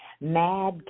Mad